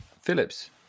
Phillips